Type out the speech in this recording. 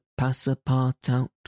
passapartout